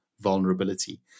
vulnerability